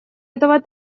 этого